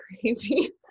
crazy